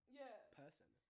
person